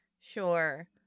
Sure